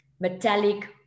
metallic